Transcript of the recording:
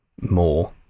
more